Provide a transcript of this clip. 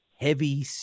heavy